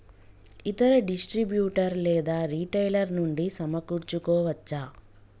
ఇతర డిస్ట్రిబ్యూటర్ లేదా రిటైలర్ నుండి సమకూర్చుకోవచ్చా?